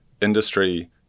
industry